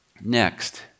next